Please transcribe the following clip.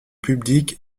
publiques